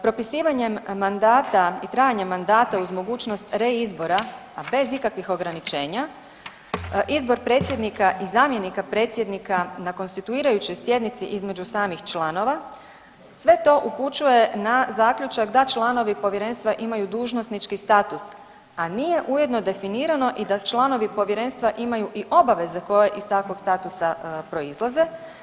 Propisivanjem mandata i trajanje mandata uz mogućnost reizbora a bez ikakvih ograničenja izbor predsjednika i zamjenika predsjednika na konstituirajućoj sjednici između samih članova sve to upućuje na zaključak da članovi povjerenstva imaju dužnosnički status, a nije ujedno definirano i da članovi povjerenstva imaju i obaveze koje iz takvog statusa proizlaze.